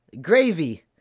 gravy